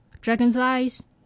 dragonflies